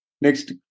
Next